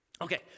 Okay